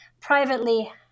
privately